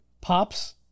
pops